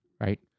right